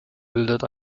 bildet